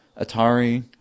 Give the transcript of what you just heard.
Atari